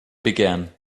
began